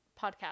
podcast